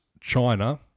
China